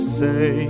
say